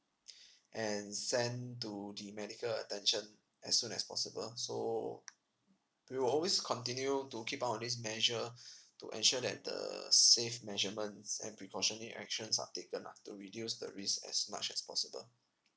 and sent to the medical attention as soon as possible so we will always continue to keep all of this measure to ensure that the safe measurements and precautioning actions are taken ah to reduce the risk as much as possible